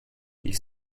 ils